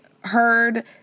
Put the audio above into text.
heard